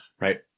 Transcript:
Right